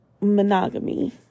monogamy